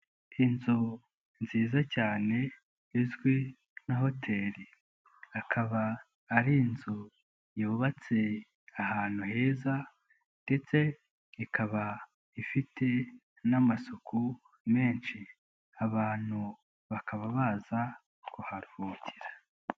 Inzu nziza cyane izwi nka hoteri, akaba ari inzu yubatse ahantu heza ndetse ikaba ifite n'amasuku menshi. Abantu bakaba baza kuharukira.